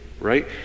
right